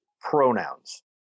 pronouns